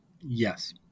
Yes